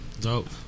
Dope